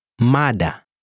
Mada